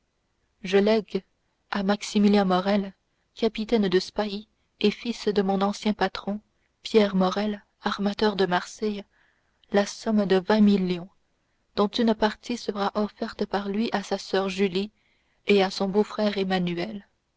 je lègue à maximilien morrel capitaine de spahis et fils de mon ancien patron pierre morrel armateur à marseille la somme de vingt millions dont une partie sera offerte par lui à sa soeur julie et à son beau-frère emmanuel